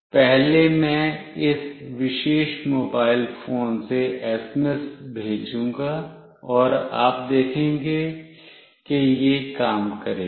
पहले मैं इस विशेष मोबाइल फोन से एसएमएस भेजूंगा और आप देखेंगे कि यह काम करेगा